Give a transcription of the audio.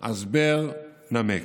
"הסבר", "נמק".